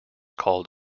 called